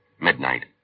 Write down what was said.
midnight